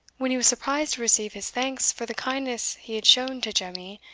when he was surprised to receive his thanks for the kindness he had shown to jemmie,